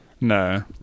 No